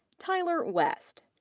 tyler west.